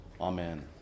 amen